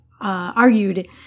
argued